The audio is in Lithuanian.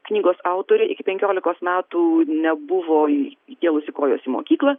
knygos autorė iki penkiolikos metų nebuvo įkėlusi kojos į mokyklą